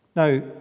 Now